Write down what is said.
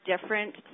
different